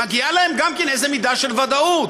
מגיעה להם גם כן איזו מידה של ודאות.